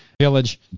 village